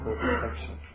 protection